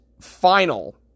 Final